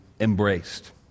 embraced